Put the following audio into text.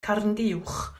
carnguwch